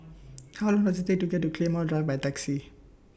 How Long Does IT Take to get to Claymore Drive By Taxi